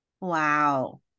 Wow